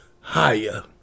higher